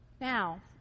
Now